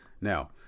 Now